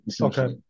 Okay